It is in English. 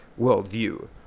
worldview